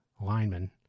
lineman